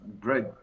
great